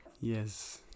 Yes